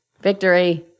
Victory